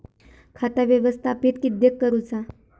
खाता व्यवस्थापित किद्यक करुचा?